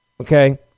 okay